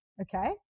okay